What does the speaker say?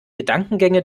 gedankengänge